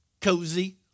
cozy